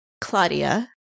Claudia